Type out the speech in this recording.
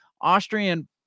Austrian